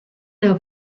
auf